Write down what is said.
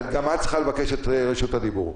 גם את צריכה לבקש את רשות הדיבור,